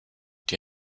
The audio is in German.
die